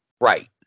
Right